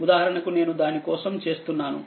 ఉదాహరణకు నేను దాని కోసం చేస్తున్నాను